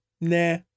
Nah